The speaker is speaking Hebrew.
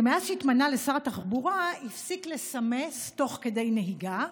שמאז שהתמנה לשר התחבורה הפסיק לסמס תוך כדי נהיגה,